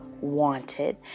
wanted